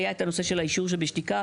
היה את הנושא של האישור שבשתיקה,